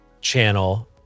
channel